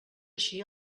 així